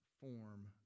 form